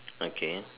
okay